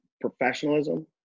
professionalism